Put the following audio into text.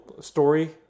story